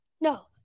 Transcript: No